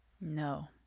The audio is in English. No